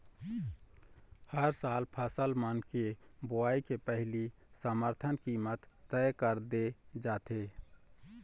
हर साल फसल मन के बोवई के पहिली समरथन कीमत तय कर दे जाथे